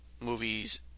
movies